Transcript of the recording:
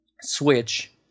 switch